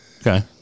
Okay